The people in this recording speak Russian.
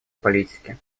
политике